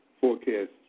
forecast